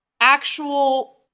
actual